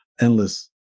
endless